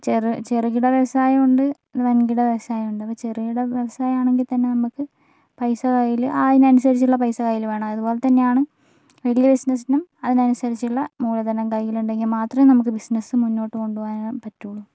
ഇപ്പോൾ ചെറുകിട വ്യവസായോണ്ട് വൻകിട വ്യവസായോണ്ട് അപ്പോൾ ചെറുകിട വ്യവസായം ആണെങ്കിത്തന്നെ നമുക്ക് പൈസ കയ്യില് അയിനനുസരിച്ചുള്ള പൈസ കയ്യില് വേണം അതുപോലെത്തന്നെയാണ് വല്യ ബിസിനെസിനും അതിനനുസരിച്ചുള്ള മൂലധനം കയ്യിലുണ്ടെങ്കിൽ മാത്രമേ നമുക്ക് ബിസിനെസ് മുന്നോട്ട് കൊണ്ടുപോകാൻ പറ്റുകയുള്ളു